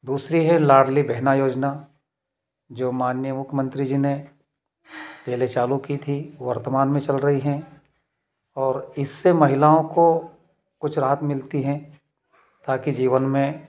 दूसरी है लाड़ली बहना योजना जो माननीय मुख्यमंत्री जी ने पहले चालू की थी वर्तमान में चल रही हैं और इससे महिलाओं को कुछ राहत मिलती हैं ताकी जीवन में